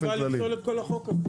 סיבה טוב לפסול את כל החוק הזה.